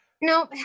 no